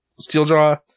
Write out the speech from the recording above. Steeljaw